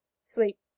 sleep